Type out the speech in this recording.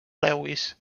lewis